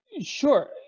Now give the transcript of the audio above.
Sure